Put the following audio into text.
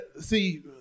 see